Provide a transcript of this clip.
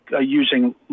using